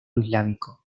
islámico